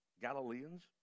Galileans